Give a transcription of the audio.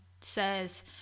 says